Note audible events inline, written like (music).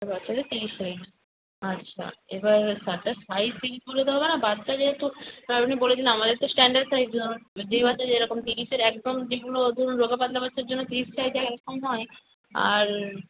বাচ্চাদের তিরিশ সাইজ আচ্ছা এবার শার্টটার সাইজ তিরিশ বলে দরকার (unintelligible) বাচ্চা যেহেতু (unintelligible) আপনি বলেছেন আমাদের তো স্ট্যান্ডার্ড সাইজ (unintelligible) যেই বাচ্চা যে রকম তিরিশের একদম যেগুলো ধরুন রোগা পাতলা বাচ্চার জন্য তিরিশ সাইজ একরকম হয় আর